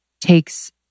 takes